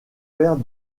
père